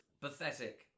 Pathetic